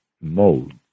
mode